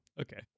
okay